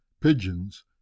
pigeons